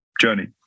journey